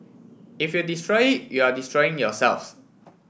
if you destroy you are destroying yourselves